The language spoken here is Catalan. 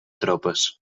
tropes